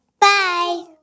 Bye